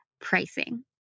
pricing